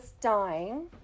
dying